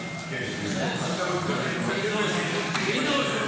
בלשכה, פינדרוס,